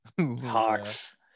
Hawks